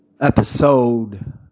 episode